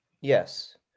Yes